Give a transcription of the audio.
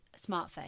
smartphone